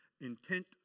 intent